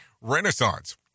Renaissance